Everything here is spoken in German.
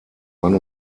mann